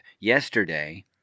yesterday